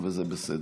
וזה בסדר.